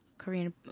Korean